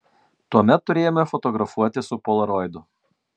tuomet turėjome fotografuoti su polaroidu